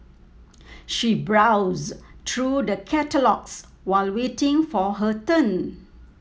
she browsed through the catalogues while waiting for her turn